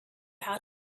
how